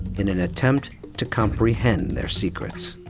in an attempt to comprehend their secrets.